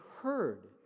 heard